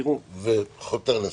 וחותר לסיום.